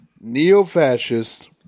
neo-fascist